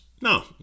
No